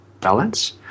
balance